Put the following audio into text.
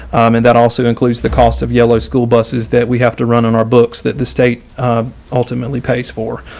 and that also includes the cost of yellow school buses that we have to run on our books that the state ultimately pays for.